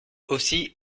aussi